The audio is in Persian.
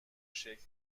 شکل